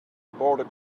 border